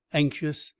anxious,